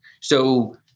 So-